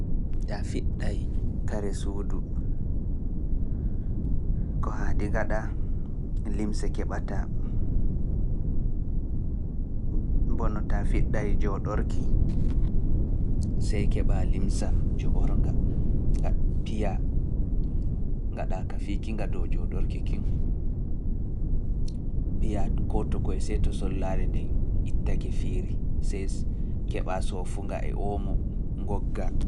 Ta fiɗtay kare suudu, ko haadi ngaɗa limse keɓataa, mbono ta fiɗtay jooɗorki, sey keɓa limsa njoornga, nga piya ngaɗa ka fiki nga dow jooɗor kikin. Piya kooto koye seto sollaare nden ittake fiiri. Sees keɓa soo fu nga e omo. Ngogga.